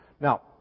Now